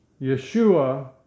Yeshua